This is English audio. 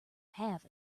have